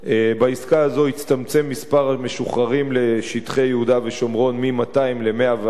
בעסקה הזאת הצטמצם מספר המשוחררים לשטחי יהודה ושומרון מ-200 ל-110,